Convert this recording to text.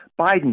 Biden